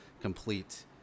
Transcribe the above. complete